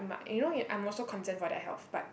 my you know you I'm also concerned for their health but